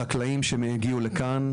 החקלאים שהגיעו לכאן,